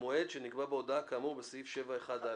המועד שנקבע בהודעה כאמור בסעיף 7(1א)".